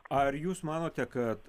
ar jūs manote kad